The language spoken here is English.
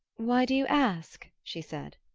why do you ask? she said.